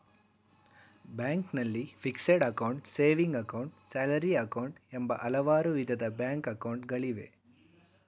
ಬ್ಯಾಂಕ್ನಲ್ಲಿ fixed account, saving account, salary account, ಎಂಬ ಹಲವಾರು ವಿಧದ ಬ್ಯಾಂಕ್ ಅಕೌಂಟ್ ಗಳಿವೆ